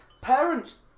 Parents